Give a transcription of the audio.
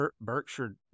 Berkshire